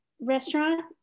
restaurant